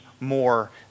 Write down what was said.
more